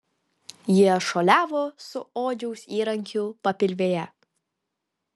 jie šuoliavo su odžiaus įrankiu papilvėje